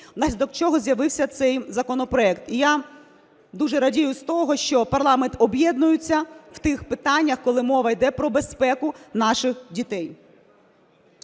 внаслідок чого з'явився цей законопроект. І я дуже радію з того, що парламент об'єднується в тих питаннях, коли мова йде про безпеку наших дітей.